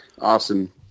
Awesome